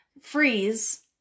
freeze